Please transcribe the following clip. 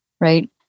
right